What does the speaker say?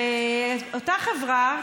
ואותה חברה,